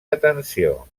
atenció